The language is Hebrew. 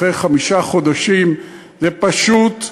אחרי חמישה חודשים, זה פשוט,